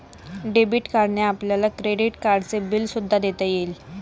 debit कार्डने आपल्याला credit कार्डचे बिल सुद्धा देता येईल